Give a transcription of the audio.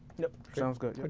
yep, sounds good. yeah